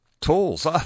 tools